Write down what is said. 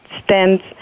stands